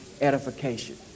edification